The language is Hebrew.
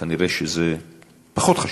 כנראה זה פחות חשוב.